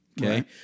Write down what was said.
okay